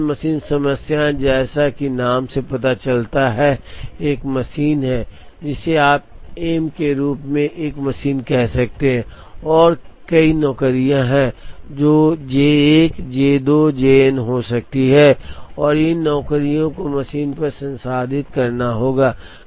तो एकल मशीन समस्या जैसा कि नाम से पता चलता है कि एक मशीन है जिसे आप एम के रूप में 1 मशीन कह सकते हैं और कई नौकरियां हैं जो J 1 J 2 J n हो सकती हैं और इन नौकरियों को मशीन पर संसाधित करना होगा